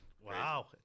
Wow